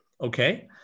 Okay